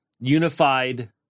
unified